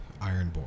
Ironborn